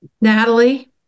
Natalie